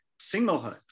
singlehood